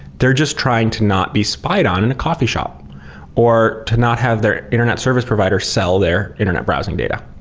they're just trying to not be spied on in a coffee shop or to not have their internet service provider sell their internet browsing data.